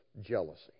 jealousy